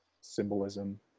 Symbolism